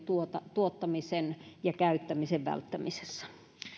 tuottamisen ja käyttämisen välttämisessä